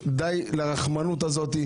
די לרחמנות הזאת.